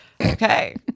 Okay